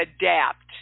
adapt